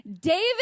David